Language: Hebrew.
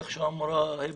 כפי שאמרה היבה,